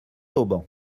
auban